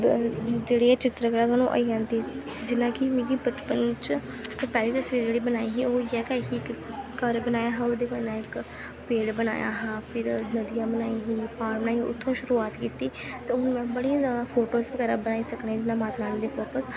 जेह्ड़ी ऐ चित्तरकल थोआनूं आई जंदी जियां कि मिगी बचपन में पैह्ली तसबीर जेह्ड़ी बनाई ही ओह् इ'यै ही घर बनाया हा ओह्दे कन्नै इक पेड़ बनाया हा फिर नदियां बनाई ही प्हाड़ बनाई उत्थूं शुरूआत कीती ते हून में बड़ियां जैदा फोटोस बगैरा बनाई सकनी जियां माता रानी दे फोटोस